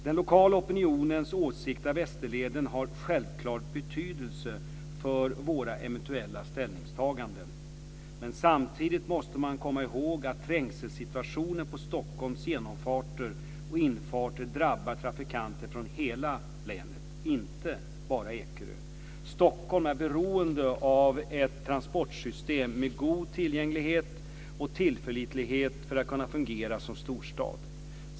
Den lokala opinionens åsikt om Västerleden har självklart betydelse för våra eventuella ställningstaganden. Men samtidigt måste man komma ihåg att trängselsituationen på Stockholms genomfarter och infarter drabbar trafikanter från hela länet, inte bara Ekerö. Stockholm är beroende av ett transportsystem med god tillgänglighet och tillförlitlighet för att kunna fungera som storstad.